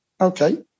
okay